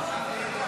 הרשות